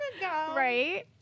Right